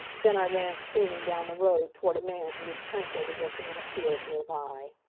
then i ran screaming down the road toward a man who was tranquilly working in a field nearby.